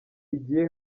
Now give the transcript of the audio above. igiye